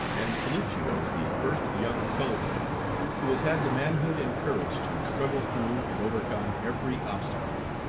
and salute you as the first young colored man who has had the manhood and courage to struggle through and overcome every obstacle.